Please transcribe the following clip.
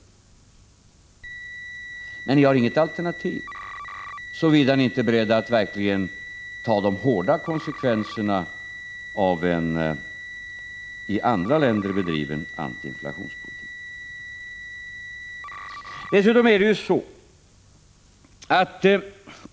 Men ni har inget alternativ — såvida ni inte är beredda att verkligen ta de hårda konsekvenserna av en antiinflationspolitik liknande den som bedrivs i andra länder.